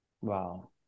Wow